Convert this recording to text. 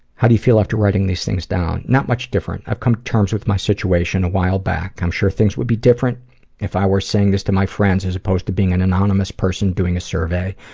how do you feel after writing these things down? not much different. i've come to terms with my situation awhile back. i'm sure things would be different if i were saying this to my friends as opposed to being an anonymous person doing a survey.